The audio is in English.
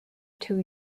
two